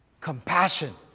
compassion